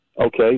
Okay